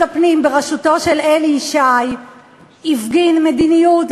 הפנים בראשותו של אלי ישי הפגין מדיניות גזענית,